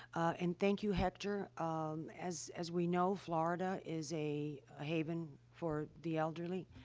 and thank you, hector. um, as as we know, florida is a ah haven for the elderly,